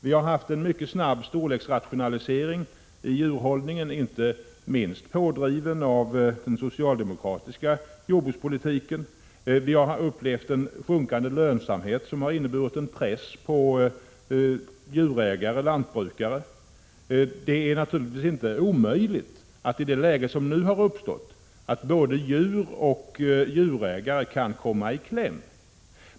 Det har skett en mycket snabb storleksrationalisering inom djurhållningen, inte minst pådriven av den socialdemokratiska jordbrukspolitiken. Lönsamheten har minskat, vilket har inneburit en press på djurägare och lantbrukare. Det är naturligtvis inte omöjligt, i det läge som nu har uppstått, att både djur och djurägare kan komma i kläm.